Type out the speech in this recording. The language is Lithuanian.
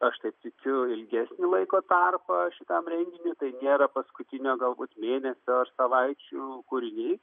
aš taip tikiu ilgesnį laiko tarpą šitam renginiui tai nėra paskutinio galbūt mėnesio ar savaičių kūriniai